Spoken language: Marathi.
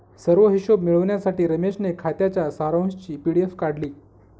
सर्व हिशोब मिळविण्यासाठी रमेशने खात्याच्या सारांशची पी.डी.एफ काढली